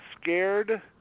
scared